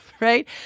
right